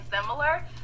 similar